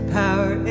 power